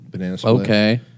Okay